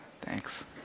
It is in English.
Thanks